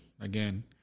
again